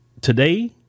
today